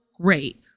great